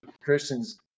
christian's